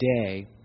today